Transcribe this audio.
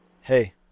Hey